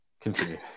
Continue